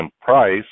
price